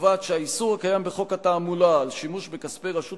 וקובעת שהאיסור הקיים בחוק התעמולה על שימוש בכספי רשות